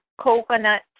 Coconut